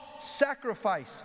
sacrifice